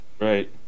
right